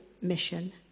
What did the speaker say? Mission